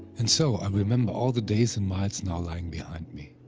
and so, i remember all the days and miles now lying behind me.